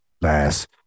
last